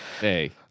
Hey